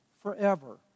forever